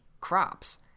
crops